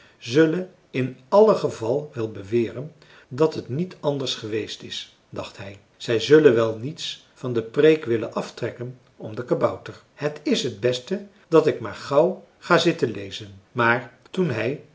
zullen in alle geval wel beweren dat het niet anders geweest is dacht hij zj zullen wel niets van de preek willen aftrekken om den kabouter het is het beste dat ik maar gauw ga zitten lezen maar toen hij